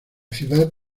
ciudad